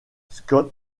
scott